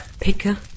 Picker